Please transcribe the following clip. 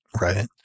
Right